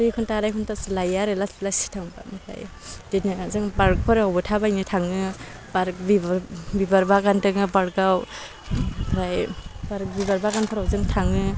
दुइ घन्टा आराय घन्टासो लायो आरो लासै लासै थांबा ओमफ्राय बिदिनो जों पार्कफोरावबो थाबायनो थाङो पार्क बिबार बिबार बागान पार्कआव ओमफ्राय पार्क बिबार बागानफोराव जों थाङो